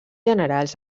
generals